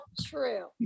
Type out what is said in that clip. true